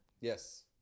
Yes